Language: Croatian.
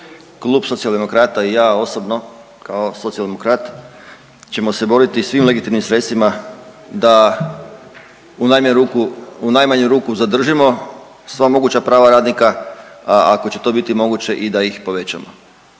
Klub Socijaldemokrata i ja osobno kao socijaldemokrat ćemo se boriti svim legitimnim sredstvima da u najmanju ruku, u najmanju ruku zadržimo sva moguća prava radnika, a ako će to biti moguće i da ih povećamo.